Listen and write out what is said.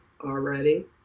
already